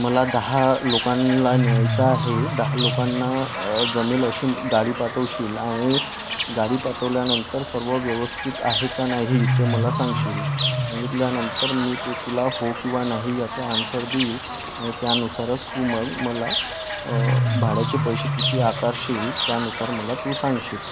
मला दहा लोकांना न्यायचं आहे दहा लोकांना जमेल अशी गाडी पाठवशील आणि गाडी पाठवल्यानंतर सर्व व्यवस्थित आहे का नाही ते मला सांगशील सांगितल्यानंतर मी ते तुला हो किंवा नाही याचा आन्सर देईल आणि त्यानुसारच तू मग मला भाड्याचे पैसे किती आकारशील त्यानुसार मला तू सांगशील